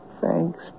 Thanks